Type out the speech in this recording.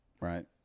Right